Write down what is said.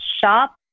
shop